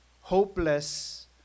hopeless